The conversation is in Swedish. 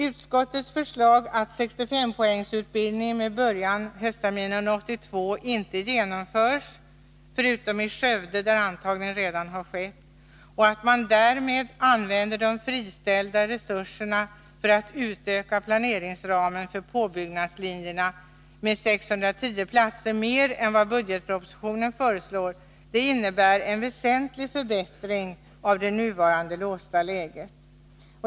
Utskottets förslag att 65-poängsutbildningen med början höstterminen 1982 inte genomförs, utom i Skövde där antagning redan skett, och att därmed frigjorda resurser för denna i stället används för att utöka planeringsramen för påbyggnadslinjerna med 610 platser mer än vad som föreslås i budgetpropositionen innebär en väsentlig förbättring av det nuvarande låsta läget.